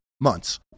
months